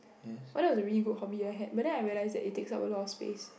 oh that was a really good hobby I had but then I realize that it takes up a lot of space